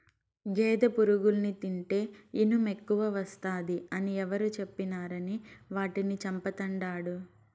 గేదె పురుగుల్ని తింటే ఇనుమెక్కువస్తాది అని ఎవరు చెప్పినారని వాటిని చంపతండాడు